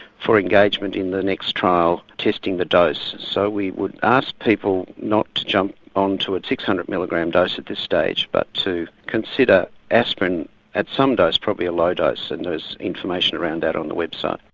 for engagement in the next trial testing the dose, so we would ask people not to jump onto a six hundred milligram dose at this stage but to consider aspirin at some dose, probably a low dose, and there's information around that on the website.